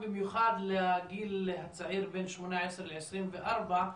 במיוחד לגיל הצעיר בין 18 ל-24.